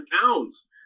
pounds